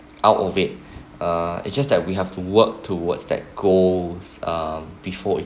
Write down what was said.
out of it uh it's just that we have to work towards that goals um before it